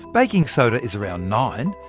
baking soda is around nine,